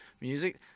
music